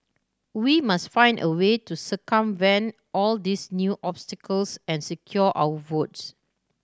we must find a way to circumvent all these new obstacles and secure our votes